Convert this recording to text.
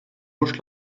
borst